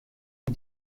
von